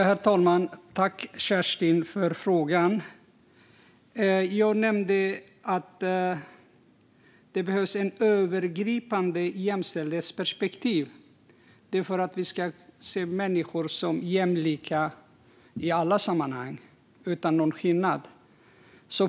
Herr talman! Tack, Kerstin, för frågan! Jag nämnde att det behövs ett övergripande jämställdhetsperspektiv, för vi ska se människor som jämlika i alla sammanhang, utan skillnad.